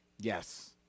Yes